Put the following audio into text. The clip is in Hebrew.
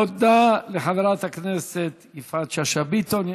תודה לחברת הכנסת יפעת שאשא ביטון.